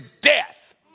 death